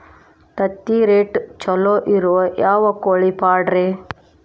ತತ್ತಿರೇಟ್ ಛಲೋ ಇರೋ ಯಾವ್ ಕೋಳಿ ಪಾಡ್ರೇ?